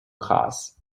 cars